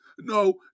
No